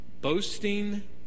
boasting